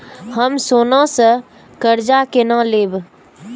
हम सोना से कर्जा केना लैब?